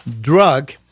drug